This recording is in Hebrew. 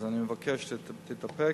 אז אני מבקש שתתאפק.